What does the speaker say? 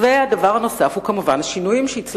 אבל ההישג